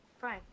fine